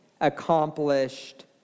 accomplished